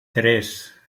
tres